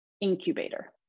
incubator